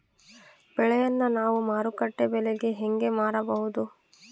ಬೆಳೆಯನ್ನ ನಾವು ಮಾರುಕಟ್ಟೆ ಬೆಲೆಗೆ ಹೆಂಗೆ ಮಾರಬಹುದು?